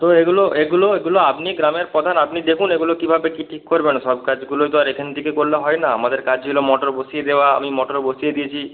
তো এগুলো এগুলো এগুলো আপনি গ্রামের প্রধান আপনি দেখুন এগুলো কীভাবে কী ঠিক করবেন সব কাজগুলোই তো আর এখান থেকে করলে হয় না আমাদের কাজ ছিল মোটর বসিয়ে দেওয়া আমি মোটর বসিয়ে দিয়েছি